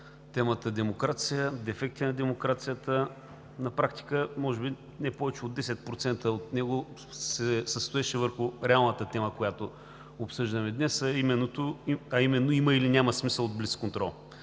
тема „Демокрация“, „Дефекти на демокрацията“. На практика може би не повече от 10% от него се състоеше върху реалната тема, която обсъждаме днес, а именно има или няма смисъл от блицконтрол?